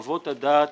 חוות הדעת